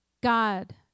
God